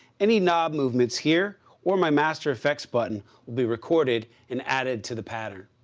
any knob movements here or my master fx button will be recorded and added to the pattern.